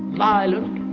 violent,